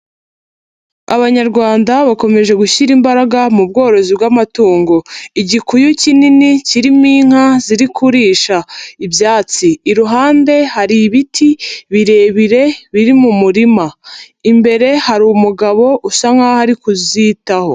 Abanyarwanda bakomeje gushyira imbaraga mu bworozi bw'amatungo, igikuyu kinini kirimo inka ziri kurisha ibyatsi, iruhande hari ibiti birebire biri mu murima, imbere hari umugabo usa nkaho ari kuzitaho.